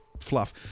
fluff